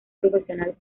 profesional